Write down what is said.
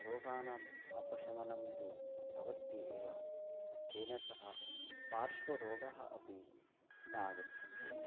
रोगाणाम् अपशमनं तु भवति एव तेन सह पार्श्वरोगाः अपि न आगच्छन्ति